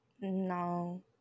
No